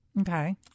Okay